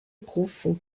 profond